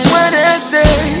Wednesday